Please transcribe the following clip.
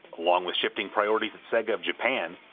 along with shifting priorities at sega of japan,